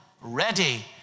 ready